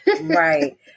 Right